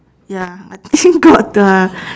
ya I think got the